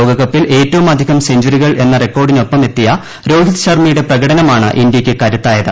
ലോകകപ്പിൽ ഏറ്റവുമധികം സെഞ്ചറികൾ എന്ന റെക്കോർഡിനൊപ്പമെത്തിയ രോഹിത് ശർമ്മയുടെ പ്രകടനമാണ് ഇന്ത്യക്ക് കരുത്തായത്